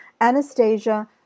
Anastasia